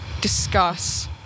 discuss